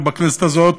ובכנסת הזאת,